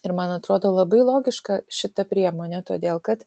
ir man atrodo labai logiška šita priemonė todėl kad